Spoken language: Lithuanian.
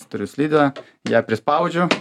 turiu slidę ją prispaudžiu